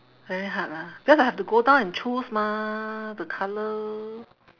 very hard lah because I have to go down and choose mah the colour